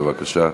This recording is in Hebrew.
בבקשה.